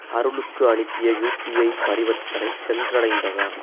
அருணுக்கு அனுப்பிய யூபிஐ பரிவர்த்தனை சென்றடைந்ததா